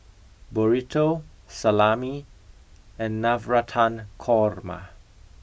burrito salami and navratan korma